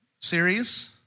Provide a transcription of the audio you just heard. series